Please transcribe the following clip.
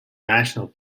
national